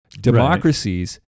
Democracies